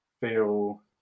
feel